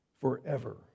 forever